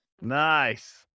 Nice